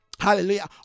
Hallelujah